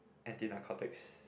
anti narcotics